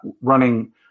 running